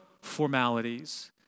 formalities